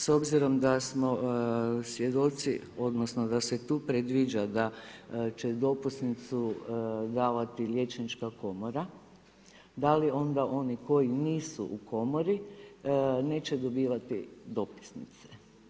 S obzirom da smo svjedoci odnosno da se tu predviđa da će dopusnicu davati liječnička komora, da li onda oni koji nisu u komori neće dobivati dopisnice.